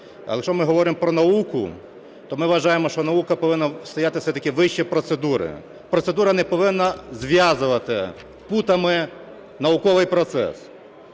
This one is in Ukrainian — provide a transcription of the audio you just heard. А якщо ми говоримо про науку, то ми вважаємо, що наука повинна стояти все-таки вище процедури. Процедура не повинна зв'язувати путами науковий процес.